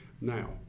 Now